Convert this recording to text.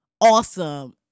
awesome